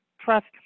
trust